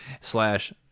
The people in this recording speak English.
Slash